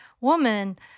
woman